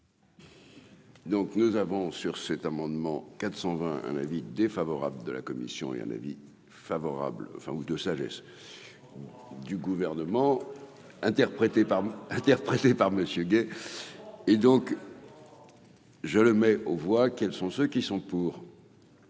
Donc nous avons sur cet amendement 420 un avis défavorable de la commission et un avis favorable, enfin ou de sagesse du gouvernement, interprété par interprété par monsieur gay et donc je le mets aux voix, quels sont ceux qui sont pour.